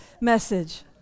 message